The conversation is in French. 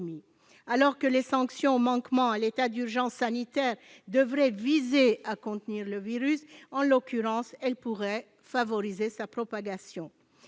Alors que les sanctions aux manquements à l'état d'urgence sanitaire devraient viser à contenir le virus, en l'occurrence, elles pourraient favoriser sa propagation.